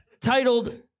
Titled